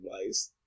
advice